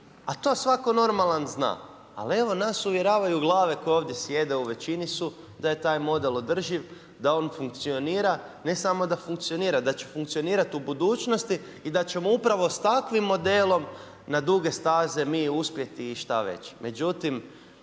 a to svako normalno zna. Ali, evo nas uvjeravaju glave, koji ovdje sjede, u većini su, da je taj model održiv, da on funkcionira, ne samo da funkcionira, da će funkcionirati u budućnosti i da ćemo upravo s takvim modelom na duge staze mi uspjeti i šta već.